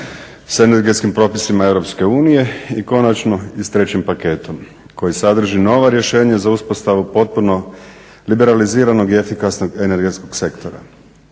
s energetskim propisima EU i konačno i s trećim paketom koji sadrži novo rješenje za uspostavu potpuno liberaliziranog i efikasnog energetskog sektora.